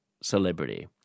celebrity